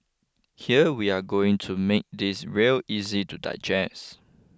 here we are going to make this real easy to digest